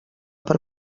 per